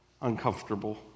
uncomfortable